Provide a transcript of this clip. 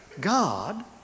God